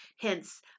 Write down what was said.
Hence